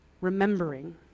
remembering